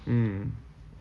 mm